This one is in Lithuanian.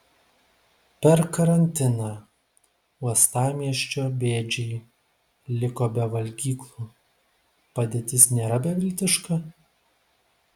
per karantiną uostamiesčio bėdžiai liko be valgyklų padėtis nėra beviltiška